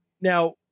now